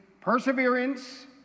perseverance